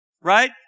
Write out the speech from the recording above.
right